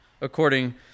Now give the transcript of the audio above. according